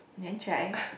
you want try